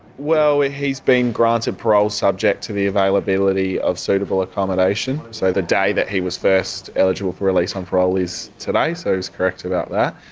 well, he's been granted parole subject to the availability of suitable accommodation. so the day that he was first eligible for release on parole is today, so he was correct about that.